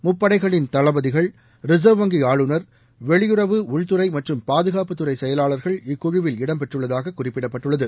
முப்படைகளின் தளபதிகள் ரிசர்வ் வங்கி ஆளுநர் வெளியுறவு உள்துறை மற்றும் பாதுகாப்புத்துறை செயலாளர்கள் இக்குழுவில் இடம் பெற்றுள்ளதாக குறிப்பிடப்பட்டுள்ளது